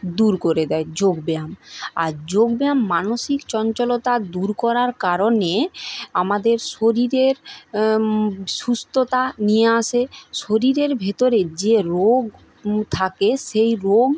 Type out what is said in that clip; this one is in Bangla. দূর করে দেয় যোগ ব্যায়াম আর যোগ ব্যায়াম মানসিক চঞ্চলতা দূর করার কারণে আমাদের শরীরের সুস্থতা নিয়ে আসে শরীরের ভেতরে যে রোগ থাকে সেই রোগ